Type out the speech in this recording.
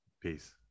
Peace